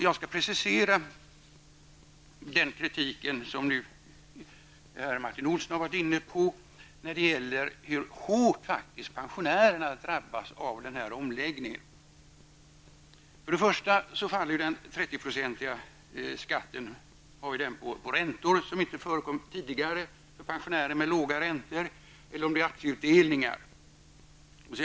Jag skall precisera den kritik som Martin Olsson nu har framfört mot den hårdhet med vilken pensionärerna drabbas av denna omläggning. För det första faller den 30-procentiga skatten på räntor eller aktieutdelningar, vilket inte förekommit tidigare för pensionärer med låga räntor eller utdelningar.